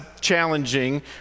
challenging